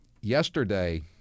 yesterday